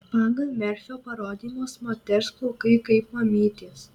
pagal merfio parodymus moters plaukai kaip mamytės